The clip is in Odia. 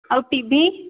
ଆଉ ଟି ଭି